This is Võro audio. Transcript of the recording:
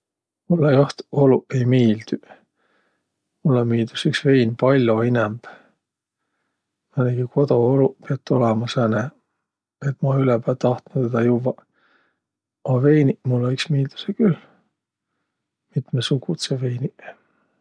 Mullõ joht oluq ei miildüq. Mullõ miildüs iks vein pall'o inämb. Määnegi kodooluq piät olõma sääne, et ma tedä ülepää tahtnuq juvvaq, a veiniq mullõ iks miildüseq külh, mitmõsugudsõq veiniq,